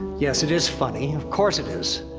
yes, it is funny, of course it is.